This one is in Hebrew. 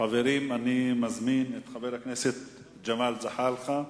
חברים, אני מזמין את חבר הכנסת ג'מאל זחאלקה.